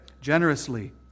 generously